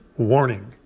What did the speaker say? warning